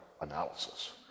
analysis